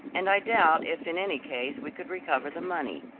and i doubt if in any case we could recover the money.